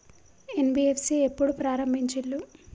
NBFC ఎప్పుడు ప్రారంభించిల్లు?